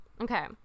okay